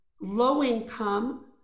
low-income